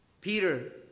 Peter